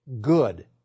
good